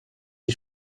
die